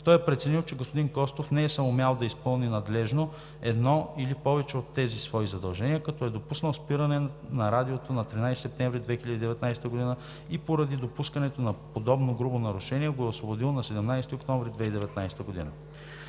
Той е преценил, че господин Костов не е съумял да изпълни надлежно едно или повече от тези свои задължения, като е допуснал спирането на Радиото на 13 септември 2019 г. и поради допускането на подобно грубо нарушение, го е освободил на 17 октомври 2019 г.